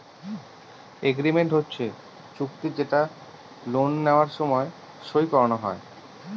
agreement হচ্ছে চুক্তি যেটা লোন নেওয়ার সময় সই করানো হয়